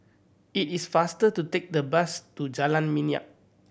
it is faster to take the bus to Jalan Minyak